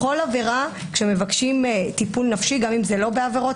בכל עבירה כשמבקשים טיפול נפשי גם אם לא יהיה בעבירות